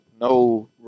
no